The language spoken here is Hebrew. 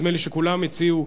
נדמה לי שכולם הציעו,